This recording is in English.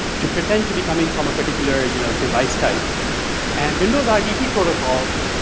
to pretend to be coming from a particular you know device type and windows ibp protocol,